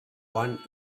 won